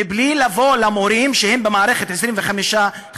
מבלי לבוא למורים שהם במערכת 25 שנים